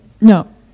No